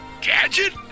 Gadget